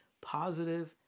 positive